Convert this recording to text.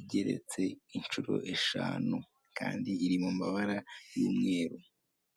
igeretse inshuro eshanu, Kandi iri mu mabara y'umweru.